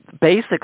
basic